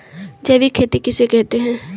जैविक खेती किसे कहते हैं?